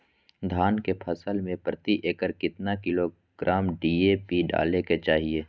धान के फसल में प्रति एकड़ कितना किलोग्राम डी.ए.पी डाले के चाहिए?